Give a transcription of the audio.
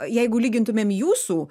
jeigu lygintumėm jūsų